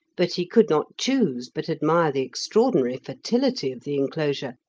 but he could not choose but admire the extraordinary fertility of the enclosure,